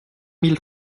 mille